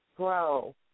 grow